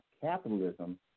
capitalism